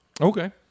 Okay